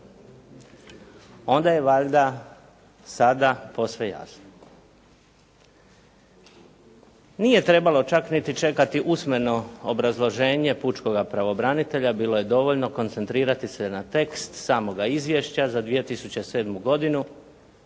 onda je valjda sada posve jasno. Nije trebalo čak niti čekati usmeno obrazloženje pučkoga pravobranitelja. Bilo je dovoljno koncentrirati se na tekst samoga izvješća za 2007. godinu